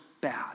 bad